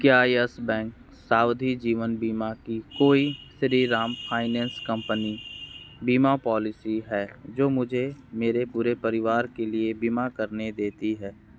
क्या Yes Bank सावधि जीवन बीमा की कोई श्रीराम फाइनेंस कंपनी बीमा पॉलिसी है जो मुझे मेरे पूरे परिवार के लिए बीमा करने देती है